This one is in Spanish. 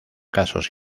casos